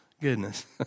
Goodness